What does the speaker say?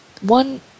One